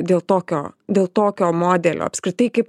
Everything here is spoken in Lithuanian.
dėl tokio dėl tokio modelio apskritai kaip